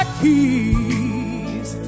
keys